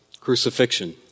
crucifixion